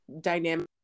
dynamic